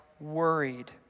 worried